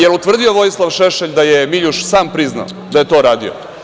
Jel utvrdio Vojislav Šešelj da je Miljuš sam priznao da je to radio?